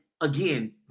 again